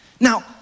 Now